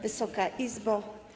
Wysoka Izbo!